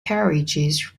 carriages